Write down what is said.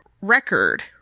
record